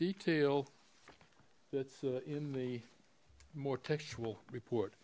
detail that's in the more textual report